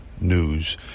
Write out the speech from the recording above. news